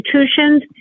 institutions